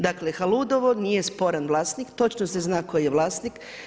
Dakle, Haludovo nije sporan vlasnik, točno se zna tko je vlasnik.